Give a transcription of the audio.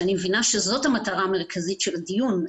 שאני מבינה שזאת המטרה המרכזית של הדיון,